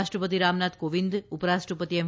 રાષ્ટ્રપતિ રામનાથ કોવિંદ ઉપરાષ્ટ્રપતિ એમ